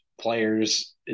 players